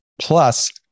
Plus